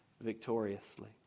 victoriously